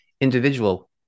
individual